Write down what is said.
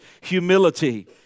humility